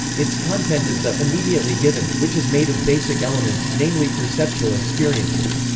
its content is the immediately given, which is made of basic elements, namely perceptual experiences.